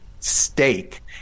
Stake